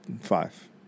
five